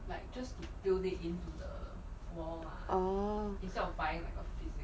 orh